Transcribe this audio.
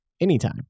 anytime